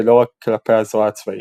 ולא רק כלפי הזרוע הצבאית.